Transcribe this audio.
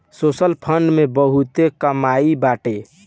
social fund में बहुते कमाई बाटे